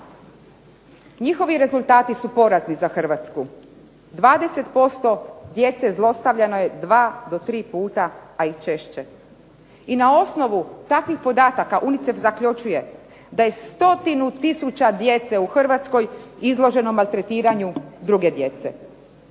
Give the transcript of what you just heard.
Njihovi rezultati su porazni za Hrvatsku. 20% djece zlostavljano je dva do tri puta, a i češće. I na osnovu takvih podataka UNICEF zaključuje da je stotinu tisuća djece u Hrvatskoj izloženo maltretiranju druge djece